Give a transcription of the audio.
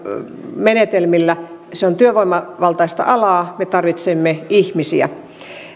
menetelmillä se on työvoimavaltaista alaa me tarvitsemme ihmisiä